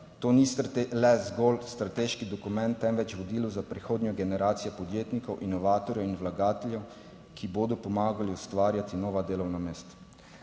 To ni le zgolj strateški dokument, temveč vodilo za prihodnje generacije podjetnikov, inovatorjev in vlagateljev, ki bodo pomagali ustvarjati nova delovna mesta.